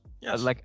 Yes